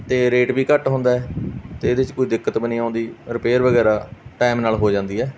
ਅਤੇ ਰੇਟ ਵੀ ਘੱਟ ਹੁੰਦਾ ਅਤੇ ਇਹਦੇ 'ਚ ਕੋਈ ਦਿੱਕਤ ਵੀ ਨਹੀਂ ਆਉਂਦੀ ਰਿਪੇਅਰ ਵਗੈਰਾ ਟਾਈਮ ਨਾਲ ਹੋ ਜਾਂਦੀ ਹੈ